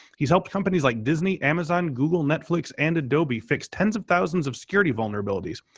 he's helped companies like disney, amazon, google, netflix and adobe fix tens of thousands of security vulnerabilities.